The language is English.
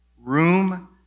Room